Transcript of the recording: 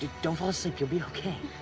don't fall asleep, you'll be okay.